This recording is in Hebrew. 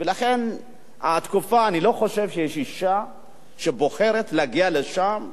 אני לא חושב שיש אשה שבוחרת להגיע לשם,